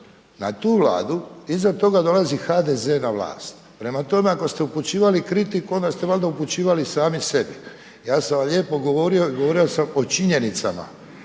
na tu vladu, iza toga dolazi HDZ na vlast. Prema tome, ako ste upućivali kritiku, onda ste valjda upućivali sami sebi. Ja sam vam lijepo govorio i govorio sam o činjenicama,